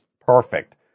perfect